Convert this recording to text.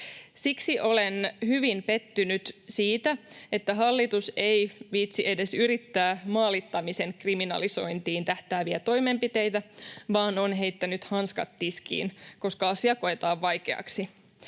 Siksi olen hyvin pettynyt siitä, että hallitus ei viitsi edes yrittää maalittamisen kriminalisointiin tähtääviä toimenpiteitä, vaan on heittänyt hanskat tiskiin, koska asia koetaan vaikeaksi.